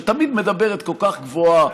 שתמיד מדברת כל כך גבוהה,